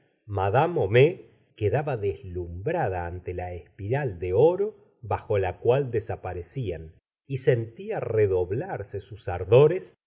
mad homais quedaba deslumbrada ante la espiral de oro bajo la cual desaparecían y sentía redoblarse sus ardores